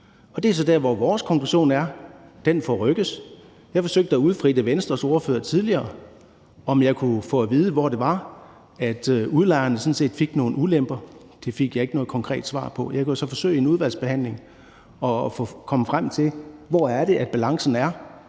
Det er så der, hvor vores konklusion er, at den forrykkes. Jeg forsøgte at udfritte Venstres ordfører tidligere for at få at vide, hvor det var, udlejerne sådan set fik nogle ulemper. Det fik jeg ikke noget konkret svar på. Jeg kan jo så forsøge i udvalgsbehandlingen at komme frem til, hvor balancen er,